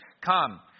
Come